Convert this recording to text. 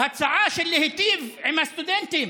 להצעה להיטיב עם הסטודנטים,